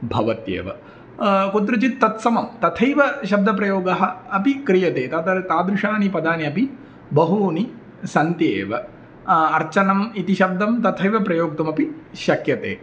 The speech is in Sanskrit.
भवत्येव कुत्रचित् तत्समं तथैव शब्दप्रयोगः अपि क्रियते तत्र तादृशानि पदानि अपि बहूनि सन्ति एव अर्चनाम् इति शब्दं तथैव प्रयोक्तुमपि शक्यते